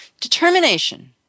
Determination